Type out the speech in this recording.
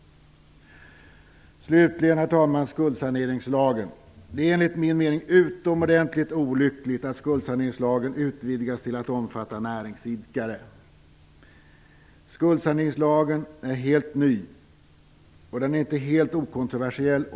Låt mig slutligen säga några ord om skuldsaneringslagen. Det är enligt min mening utomordentligt olyckligt att skuldsaneringslagen utvidgas till att omfatta näringsidkare. Skuldsaneringslagen är helt ny, och den är inte helt okontroversiell.